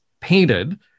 painted